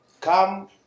come